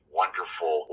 wonderful